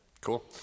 Cool